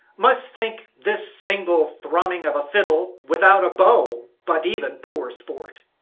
must think this single thrumming of a fiddle, without a bow, but even poor sport.